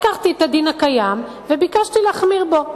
לקחתי את הדין הקיים וביקשתי להחמיר בו.